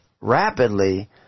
rapidly